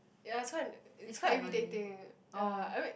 ya so I'm it's quite irritating ya I mean